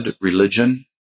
religion